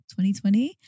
2020